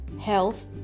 Health